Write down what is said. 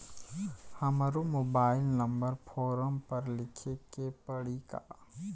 हमरो mobile number form पर लिखे के पड़ी का?